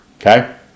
Okay